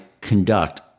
conduct